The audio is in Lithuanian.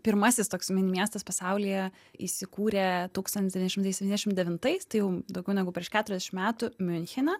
pirmasis toks miestas pasaulyje įsikūrę tūkstantis devyni šimtai septyniasdešim devintais tai jau daugiau negu prieš keturiasdešim metų miunchene